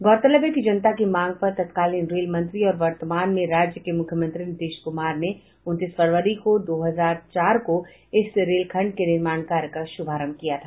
गौरतलब है कि जनता की मांग पर तत्कालीन रेल मंत्री और वर्तमान में राज्य के मुख्यमंत्री नीतीश कुमार ने उन्नीस फरवरी दो हजार चार को इस रेलखंड के निर्माण कार्य का शुभारंभ किया था